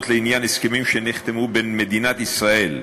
לעניין הסכמים שנחתמו בין מדינת ישראל,